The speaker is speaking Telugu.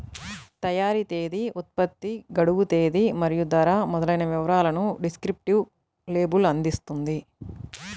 తయారీ తేదీ, ఉత్పత్తి గడువు తేదీ మరియు ధర మొదలైన వివరాలను డిస్క్రిప్టివ్ లేబుల్ అందిస్తుంది